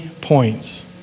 points